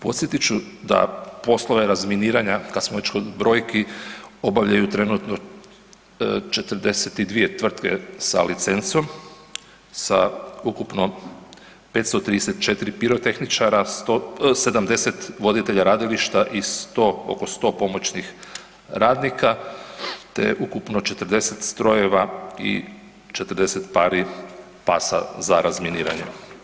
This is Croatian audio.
Podsjetit ću da poslove razminiranja kada smo već kod brojki, obavljaju trenutno 42 tvrtke sa licencom sa ukupno 534 pirotehničara, 70 voditelja radilišta i oko 100 pomoćnih radnika te ukupno 40 strojeva i 40 pari pasa za razminiranje.